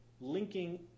linking